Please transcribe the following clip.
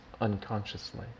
unconsciously